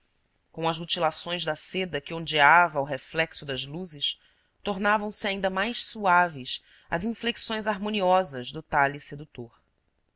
com as rutilações da seda que ondeava ao reflexo das luzes tornavam se ainda mais suaves as inflexões harmoniosas do talhe sedutor